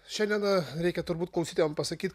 šiandieną reikia turbūt klausytojam pasakyt